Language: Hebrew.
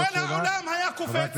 כל העולם היה קופץ.